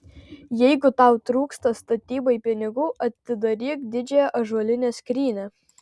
jeigu tau trūksta statybai pinigų atidaryk didžiąją ąžuolinę skrynią